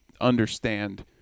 understand